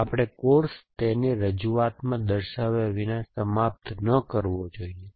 આપણે કોર્સ તેને રજૂઆતમાં દર્શાવ્યા વિના સમાપ્ત ન કરવો જોઈએ